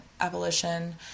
abolition